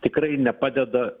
tikrai nepadeda